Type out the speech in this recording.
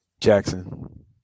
Jackson